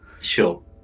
sure